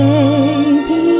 Baby